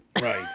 Right